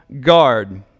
guard